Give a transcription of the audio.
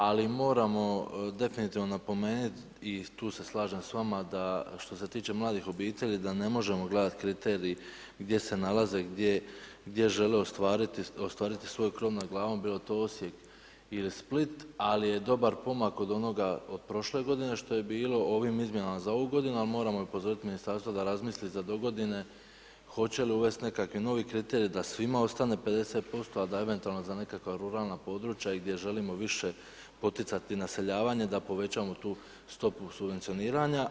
Ali moramo definitivno napomenuti i tu se slažem s vama da što se tiče mladih obitelji da ne možemo gledati kriterij gdje se nalaze, gdje žele ostvariti svoj krov nad glavom, bio to Osijek ili Split ali je dobar pomak od onoga od prošle godine što je bilo, ovim izmjenama za ovu godinu ali moramo upozoriti ministarstvo da razmisli za dogodine hoće li uvesti nekakvi novi kriterij da svima ostane 50% a da eventualno za nekakva ruralna područja i gdje želimo više poticati naseljavanje da povećamo tu stopu subvencioniranja.